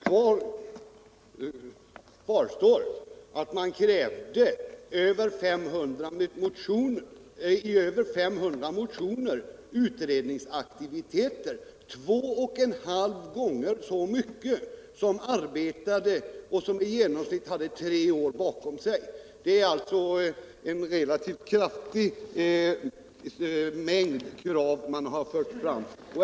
Kvar står att man i över 500 motioner krävde utredningsaktiviteter — det är två och en halv gånger så mycket som antalet redan arbetande utredningar med i genomsnitt tre år bakom sig. Det är alltså en relativt stor mängd krav man har fört fram.